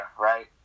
right